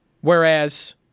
Whereas